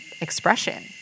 expression